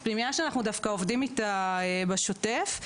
שאנחנו דווקא עובדים איתה בשוטף,